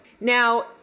Now